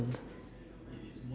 then